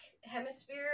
hemisphere